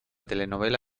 telenovela